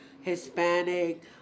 Hispanic